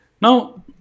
Now